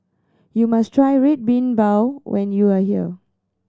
you must try Red Bean Bao when you are here